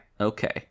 okay